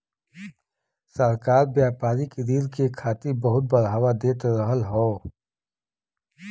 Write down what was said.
सरकार व्यापारिक ऋण के खातिर बहुत बढ़ावा दे रहल हौ